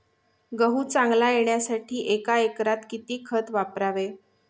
गहू चांगला येण्यासाठी एका एकरात किती खत वापरावे?